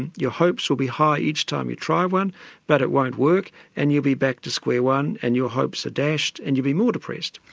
and your hopes will be high each time you try one but it won't work and you'll be back to square one and your hopes are dashed and you'll be more depressed.